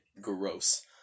gross